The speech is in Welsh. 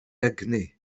egni